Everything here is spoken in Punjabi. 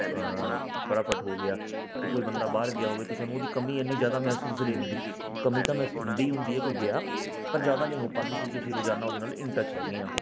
ਫਟਾਫਟ ਹੋ ਗਿਆ ਅਤੇ ਕੋਈ ਬੰਦਾ ਬਾਹਰ ਗਿਆ ਹੋਵੇ ਤਾਂ ਸਾਨੂੰ ਉਹਦੀ ਕਮੀ ਇੰਨੀ ਜ਼ਿਆਦਾ ਮਹਿਸੂਸ ਨਹੀਂ ਹੁੰਦੀ ਕਮੀ ਤਾਂ ਮਹਿਸੂਸ ਹੁੰਦੀ ਹੀ ਹੁੰਦੀ ਹੈ ਕੋਈ ਗਿਆ ਪਰ ਜ਼ਿਆਦਾ ਨਹੀਂ ਹੋ ਪਾਉਂਦੀ ਕਿਉਂਕਿ ਅਸੀਂ ਰੋਜ਼ਾਨਾ ਉਹਦੇ ਨਾਲ ਇਨ ਟੱਚ ਹੈਗੇ ਹਾਂ